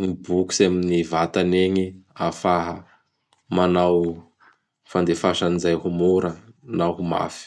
gn bokotsy amin' gny vatany egny, ahafaha manao fandefasa an'izay ho mora na ho mafy.